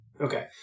Okay